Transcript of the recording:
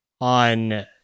on